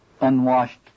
unwashed